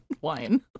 wine